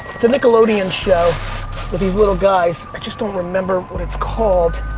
it's a nickelodeon show with these little guys, i just don't remember what it's called.